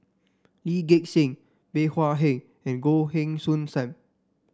Lee Gek Seng Bey Hua Heng and Goh Heng Soon Sam